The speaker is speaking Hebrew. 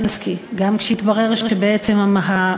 עד עכשיו שישה נגד חמישה,